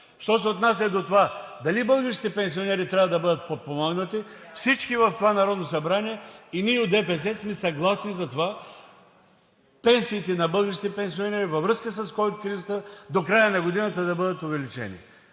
Що се отнася до това дали българските пенсионери трябва да бъдат подпомогнати? Всички в това Народно събрание, и ние от ДПС, сме съгласни за това пенсиите на българските пенсионери във връзка с ковид кризата до края на годината да бъдат увеличени.